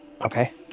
Okay